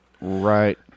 Right